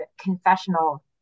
confessional